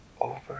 over